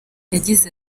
yagize